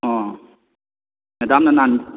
ꯑꯣ ꯃꯦꯗꯥꯝꯅ ꯅꯍꯥꯟ